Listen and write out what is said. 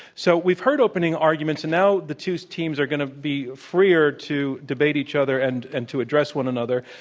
so we've heard opening arguments. and now, the two teams are going to be freer to debate each other and and to address one another.